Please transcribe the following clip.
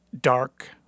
dark